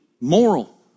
moral